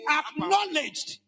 acknowledged